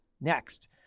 next